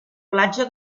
platja